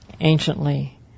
Anciently